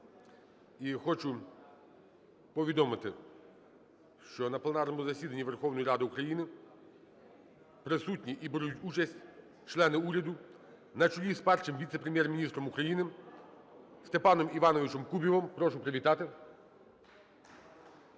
І хочу повідомити, що на пленарному засіданні Верховної Ради України присутні і беруть участь члени уряду на чолі з Першим віце-прем'єр-міністром України Степаном Івановичем Кубівим. Прошу привітати.